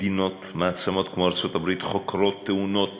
מעצמות כמו ארצות-הברית חוקרות תאונות